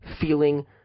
Feeling